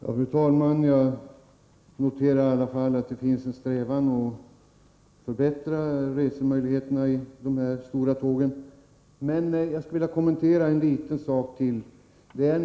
Fru talman! Jag noterar att det i alla fall finns en strävan att förbättra resemöjligheterna på de norrländska fjärrtågen. Men låt mig kommentera ytterligare en liten sak.